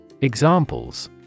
Examples